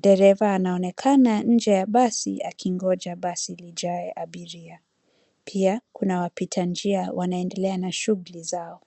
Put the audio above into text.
Dereva anaonekana nje ya basi akingoja basi lijae abiria. Pia kuna wapita njia wanaendelea na shughuli zao.